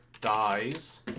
dies